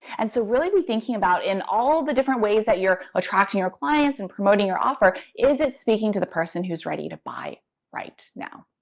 and so really be thinking about in the different ways that you're attracting your clients and promoting your offer, is it speaking to the person who's ready to buy right now?